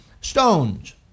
stones